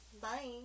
Bye